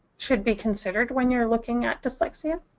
should be considered when you're looking at dyslexia.